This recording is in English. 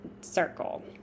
circle